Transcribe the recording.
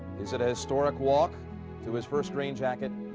is it a historic walk to his first green jacket?